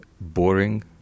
boring